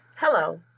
Hello